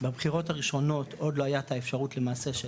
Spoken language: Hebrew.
בבחירות הראשונות עוד לא היה את האפשרות למעשה של